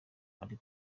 ruri